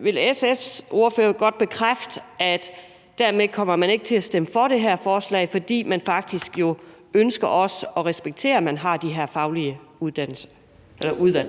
vil SF's ordfører godt bekræfte, at dermed kommer man ikke til at stemme for det her forslag, fordi man faktisk ønsker at respektere, at der er de her faglige udvalg?